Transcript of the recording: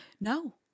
no